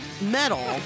metal